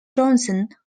johnson